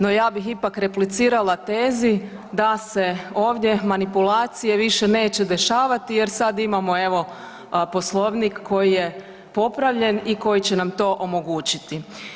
No ja bih ipak replicirala tezi da se ovdje manipulacije više neće dešavati jer sada imamo evo Poslovnik koji je popravljen i koji će nam to omogućiti.